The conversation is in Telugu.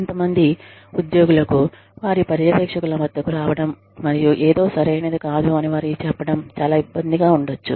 కొంతమంది ఉద్యోగులుకు వారి పర్యవేక్షకుల వద్దకు రావడం మరియు ఏదో సరైనది కాదు అని వారికి చెప్పడం చాలా ఇబ్బందిగా ఉండొచ్చు